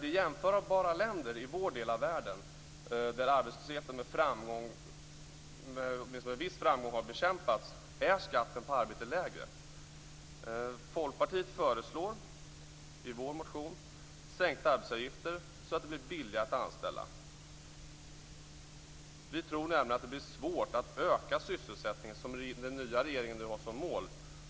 I jämförbara länder i vår del av världen, där arbetslösheten med åtminstone viss framgång har bekämpats, är skatten på arbete lägre. Vi i Folkpartiet föreslår i vår motion sänkta arbetsgivaravgifter så att det blir billigare att anställa. Vi tror nämligen att det blir svårt att öka sysselsättningen, som den nya regeringen nu har som mål.